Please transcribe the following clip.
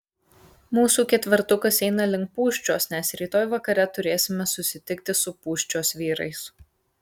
mūsų ketvertukas eina link pūščios nes rytoj vakare turėsime susitikti su pūščios vyrais